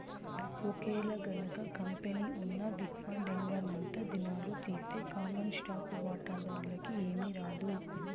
ఒకేలగనక కంపెనీ ఉన్న విక్వడేంగనంతా దినాలు తీస్తె కామన్ స్టాకు వాటాదార్లకి ఏమీరాదు